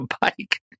bike